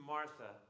Martha